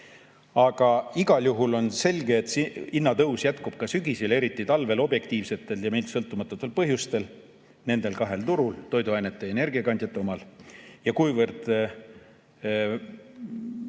Aga igal juhul on selge, et see hinnatõus jätkub ka sügisel ja eriti talvel objektiivsetel ja meist sõltumatutel põhjustel nendel kahel turul, toiduainete ja energiakandjate turul.